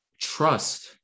Trust